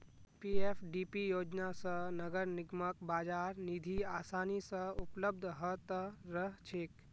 PFDP योजना स नगर निगमक बाजार निधि आसानी स उपलब्ध ह त रह छेक